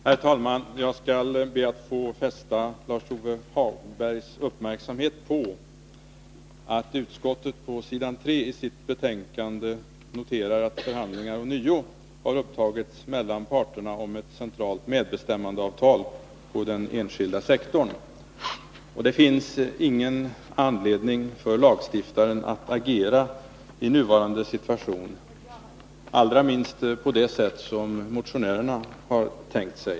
Herr talman! Jag skall be att få fästa Lars-Ove Hagbergs uppmärksamhet på att utskottet på s. 3 i sitt betänkande noterar att förhandlingar ånyo har effekter på arbetslivet enskilda sektorn. Det finns ingen anledning för lagstiftaren att agera i nuvarande situation, allra minst på det sätt som motionärerna har tänkt sig.